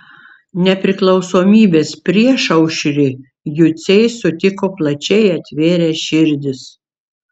nepriklausomybės priešaušrį juciai sutiko plačiai atvėrę širdis